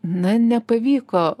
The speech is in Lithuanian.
na nepavyko